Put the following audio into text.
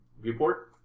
viewport